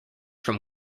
from